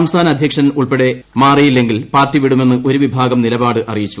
സംസ്ഥാന അദ്ധ്യക്ഷൻ ഉൾപ്പടെ മാറിയില്ലെങ്കിൽ പാർട്ടി വിടുമെന്ന് ഒരു വിഭാഗം നിലപാട് അറിയിച്ചു